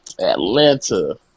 Atlanta